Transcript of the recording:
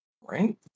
Right